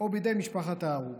או בידי משפחת ההרוג.